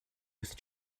with